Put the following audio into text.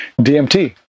DMT